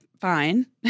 fine